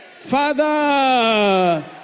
Father